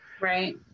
Right